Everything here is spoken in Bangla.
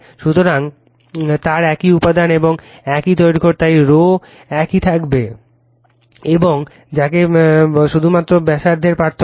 সুতরাং তারা একই উপাদান এবং একই দৈর্ঘ্যের তাই rho একই থাকবে এবং যাকে কল শুধুমাত্র ব্যাসার্ধের পার্থক্য হবে